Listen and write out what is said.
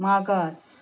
मागास